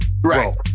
Right